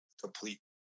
complete